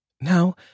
Now